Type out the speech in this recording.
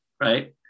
right